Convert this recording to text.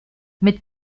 mit